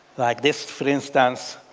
like this, for instance.